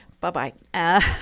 Bye-bye